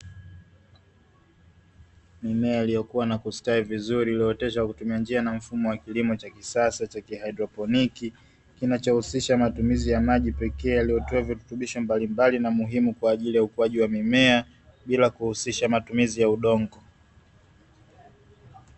Mimea iliyokuwa na kustawi vizuri iliyooteshwa na kukua kwa njia ya mfumo wa kilimo cha kisasa cha kihaidroponiki, kinachohusisha matumizi ya maji pekee yaliyotiwa virutubisho mbalimbali na muhimu, kwaajili ya ukuaji wa mimea bila kuhusisha matumizi ya udongo.